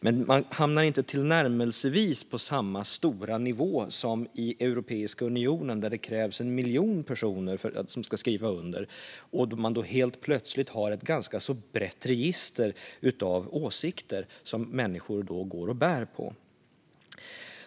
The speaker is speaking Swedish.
Men man hamnar inte på tillnärmelsevis den höga nivå som i Europeiska unionen, där det krävs att 1 miljon personer skriver under och man då helt plötsligt har ett ganska brett register över åsikter som människor går och bär på.